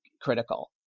critical